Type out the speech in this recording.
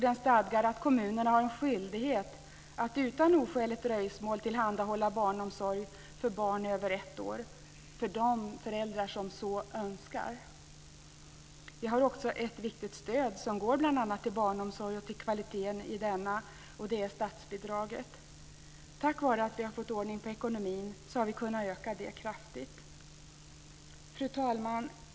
Den stadgar att kommunerna har en skyldighet att utan oskäligt dröjsmål tillhandahålla barnomsorg för barn över ett år för de föräldrar som så önskar. Vi har också ett viktigt stöd som går bl.a. till barnomsorg och till kvaliteten i denna, och det är statsbidraget. Tack vare att vi har fått ordning på ekonomin har vi kunnat öka det kraftigt. Fru talman!